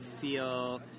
feel